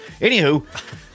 Anywho